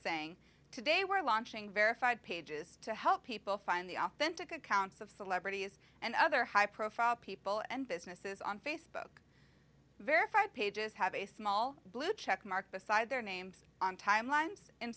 saying today we're launching verified pages to help people find the authentic accounts of celebrities and other high profile people and businesses on facebook verified pages have a small blue checkmark beside their names on timelines